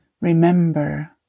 remember